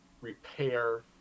repair